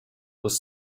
was